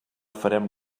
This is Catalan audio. farem